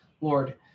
Lord